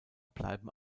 bleiben